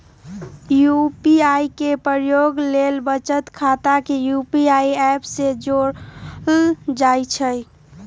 UPI के प्रयोग के लेल बचत खता के यू.पी.आई ऐप से जोड़ल जाइ छइ